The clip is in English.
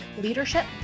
Leadership